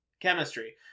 chemistry